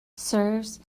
serves